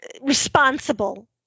responsible